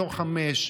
דור 5,